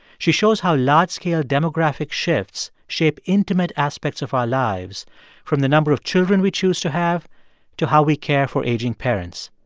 she shows how large-scale demographic shifts shape intimate aspects of our lives from the number of children we choose to have to how we care for aging parents.